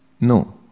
no